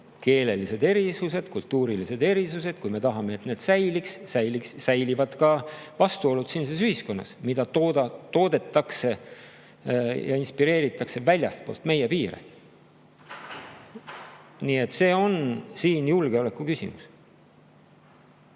keelelised erisused, kultuurilised erisused. Kui me tahame, et need säiliks, säilivad ka vastuolud siinses ühiskonnas, mida toodetakse ja inspireeritakse väljastpoolt meie piire. Nii et see on siin julgeolekuküsimus.